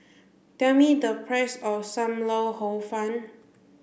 tell me the price of Sam Lau Hor Fun